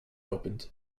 opened